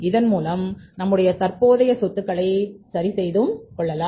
இதன் மூலம் நம்முடைய தற்போதைய சொத்துக்களை சரி செய்தும் கொள்ளலாம்